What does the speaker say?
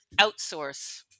outsource